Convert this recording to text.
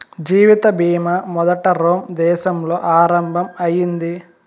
జీవిత బీమా మొదట రోమ్ దేశంలో ఆరంభం అయింది